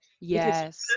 Yes